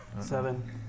Seven